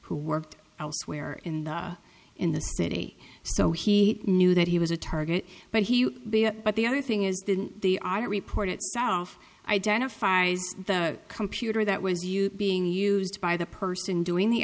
who worked elsewhere in the in the city so he knew that he was a target but he but the other thing is the odd report it identifies the computer that was you being used by the person doing the